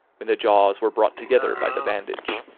when the jaws were brought together by the bandage.